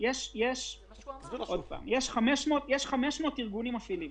יש 500 ארגונים מפעילים